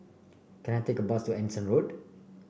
can I take a bus to Anson Road